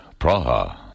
Praha